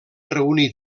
reunir